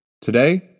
Today